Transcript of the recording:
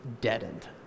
deadened